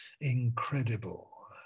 incredible